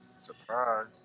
Surprise